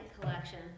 collection